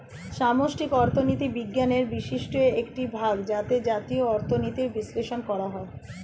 সামষ্টিক অর্থনীতি বিজ্ঞানের বিশিষ্ট একটি ভাগ যাতে জাতীয় অর্থনীতির বিশ্লেষণ করা হয়